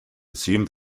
assume